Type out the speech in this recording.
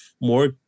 more